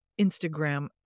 instagram